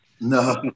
No